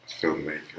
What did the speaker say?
filmmaker